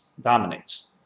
dominates